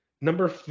Number